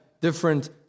different